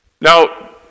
Now